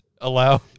Allow